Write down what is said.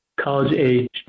college-age